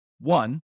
One